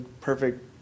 perfect